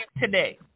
today